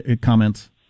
comments